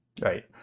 right